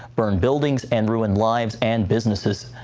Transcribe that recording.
burn buildings and ruin lives and businesses.